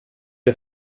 der